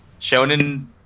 Shonen